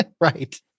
Right